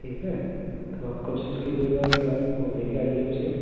ٹھیک ہے تو آپ کوسس کیجیے گا کہ آپ لے کے آئیے اسے